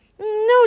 No